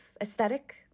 aesthetic